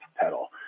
pedal